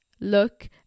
look